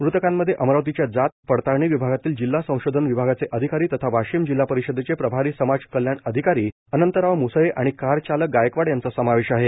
मृतकांमध्ये अमरावतीच्या जात पपततळणी विभागातील जिल्हा संशोधन विभागाचे अधिकारी तथा वाशिम जिल्हा परिषदेचे प्रभारी समाज कल्याण अधिकारी अनंतराव म्सळे आणि कार चालक गायकवा यांचा समावेश आहे